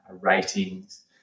ratings